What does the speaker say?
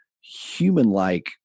human-like